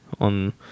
on